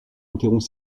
interrompt